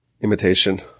imitation